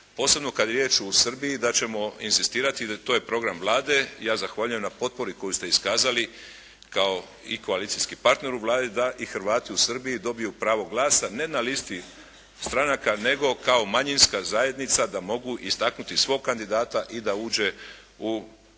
Posebno kad je riječ o Srbiji da ćemo inzistirati. To je program Vlade. Ja zahvaljujem na potpori koju ste iskazali kao i koalicijski partner u Vladi da i Hrvati u Srbiji dobiju pravo glasa ne na listi stranaka nego kao manjinska zajednica da mogu istaknuti svog kandidata i da uđe u Skupštinu.